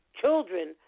children